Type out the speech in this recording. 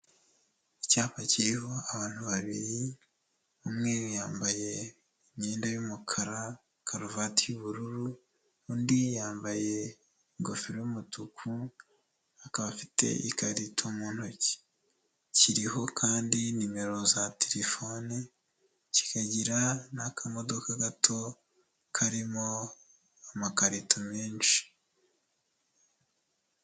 Icyapa kiriho abantu babiri umwe yambaye imyenda y'umukara, karuvati y'ubururu, undi yambaye ingofero y'umutuku akaba afite ikarito mu ntoki, kiriho kandi nimero za terefone kikagira n'akamodoka gato karimo amakarito menshi.